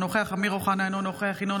אינו נוכח אמיר אוחנה,